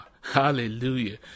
hallelujah